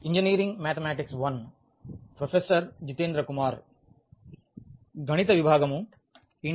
తిరిగి స్వాగతం